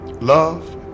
Love